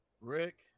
Rick